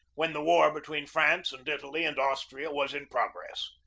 when the war be tween france and italy and austria was in progress.